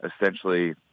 essentially